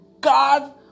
God